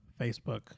Facebook